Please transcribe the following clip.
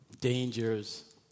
dangers